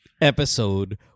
episode